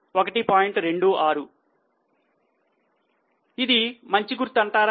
26 ఇది మంచి గుర్తు అంటారా